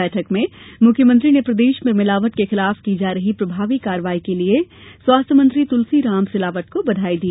बैठक में मुख्यमंत्री ने प्रदेश में मिलावट के विरुद्ध की जा रही प्रभावी कार्रवाई के लिए स्वास्थ्य मंत्री तुलसीराम सिलावट को बधाई दी